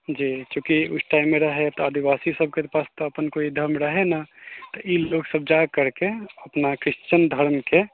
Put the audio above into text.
जी चूँकि उस टाइममे रहै तऽ आदिवासी सब पास तऽ अपन कोइ धर्म रहै नहि तऽ ई लोक सभ जा करिकऽ अपना क्रिश्चियन धर्मके